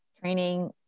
training